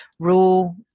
rule